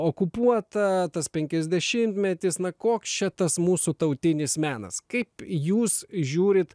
okupuota tas penkiasdešimtmetis na koks čia tas mūsų tautinis menas kaip jūs žiūrit